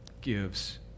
gives